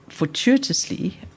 Fortuitously